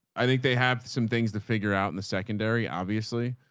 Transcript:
i think they have some things to figure out in the secondary obviously,